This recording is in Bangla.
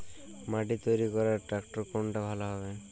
মাটি তৈরি করার ট্রাক্টর কোনটা ভালো হবে?